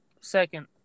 second